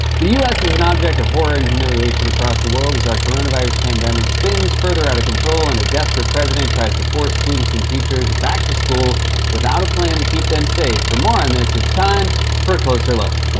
the us is an object of horror and humiliation across the world as our coronavirus pandemic spins further out of control and a desperate president tries to force students and teachers back to school without a plan to keep them safe. for more on this, it's time for a closer look.